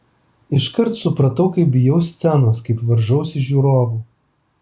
iškart supratau kaip bijau scenos kaip varžausi žiūrovų